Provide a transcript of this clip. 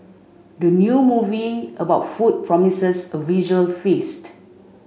the new movie about food promises a visual feast